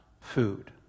food